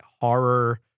horror